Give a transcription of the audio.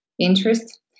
interest